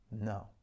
no